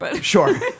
Sure